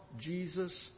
Jesus